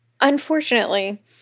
Unfortunately